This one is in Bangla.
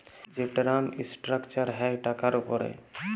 যে টেরাম ইসটেরাকচার হ্যয় টাকার উপরে